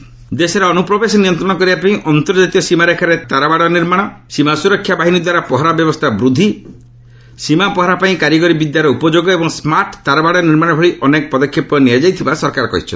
RS NRC ଦେଶରେ ଅନୁପ୍ରବେଶ ନିୟନ୍ତ୍ରଣ କରିବାପାଇଁ ଅନ୍ତର୍ଜାତୀୟ ସୀମାରେଖାରେ ତାରବାଡ଼ ନିର୍ମାଣ ସୀମା ସ୍ୱରକ୍ଷା ବାହିନୀଦ୍ୱାରା ପହରା ବ୍ୟବସ୍ଥା ବୃଦ୍ଧି ସୀମା ପହରା ପାଇଁ କାରିଗରି ବିଦ୍ୟାର ଉପଯୋଗ ଏବଂ ସ୍କାର୍ଟ ତାରବାଡ଼ ନିର୍ମାଣ ଭଳି ଅନେକ ପଦକ୍ଷେପ ନିଆଯାଇଥିବା ସରକାର କହିଛନ୍ତି